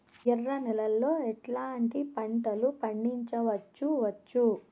ఎర్ర నేలలో ఎట్లాంటి పంట లు పండించవచ్చు వచ్చు?